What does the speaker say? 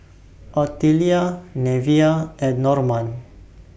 Ottilia Neveah and Normand